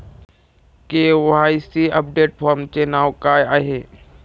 KYC update फॉर्मचे नाव काय आहे?